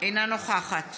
אינה נוכחת